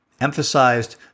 emphasized